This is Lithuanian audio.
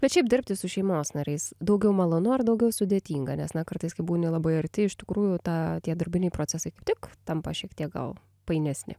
bet šiaip dirbti su šeimos nariais daugiau malonu ar daugiau sudėtinga nes na kartais kai būni labai arti iš tikrųjų tą tie darbiniai procesai kaip tik tampa šiek tiek gal painesni